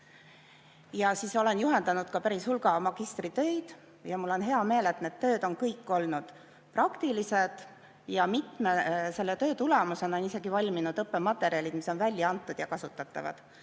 keele. Olen juhendanud päris hulga magistritöid ja mul on hea meel, et need tööd on kõik olnud praktilised. Mitme selle töö tulemusena on valminud õppematerjalid, mis on välja antud ja kasutatavad.